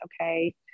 okay